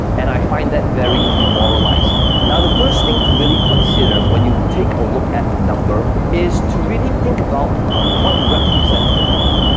and i find that very demoralizing. now, the first thing to really consider when you take a look at the number is to really think about what represents that number.